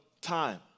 time